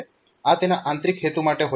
આ તેના આંતરીક હેતુ માટે હોઈ શકે છે